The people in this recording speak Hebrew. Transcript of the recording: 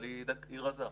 היא רזה.